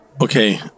Okay